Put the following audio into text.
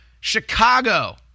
Chicago